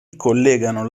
collegano